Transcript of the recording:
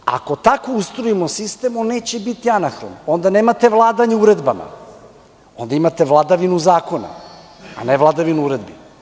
Ako tako ustrojimo sistem, on neće biti anahron, onda nemate vladanje uredbama, onda imate vladavinu zakona, a ne vladavinu uredbi.